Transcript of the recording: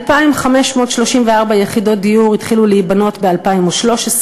2,534 יחידות דיור התחילו להיבנות ב-2013,